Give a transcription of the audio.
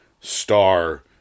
star